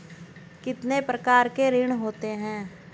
कितने प्रकार के ऋण होते हैं?